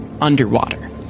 underwater